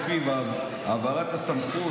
שלפיו העברת הסמכות